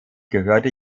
gehörte